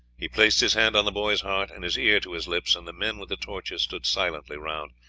he placed his hand on the boy's heart and his ear to his lips, and the men with the torches stood silently round.